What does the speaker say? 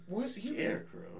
Scarecrow